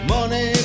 Money